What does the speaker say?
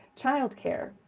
childcare